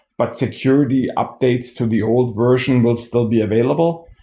but security updates to the old version will still be available.